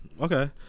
okay